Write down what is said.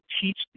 teach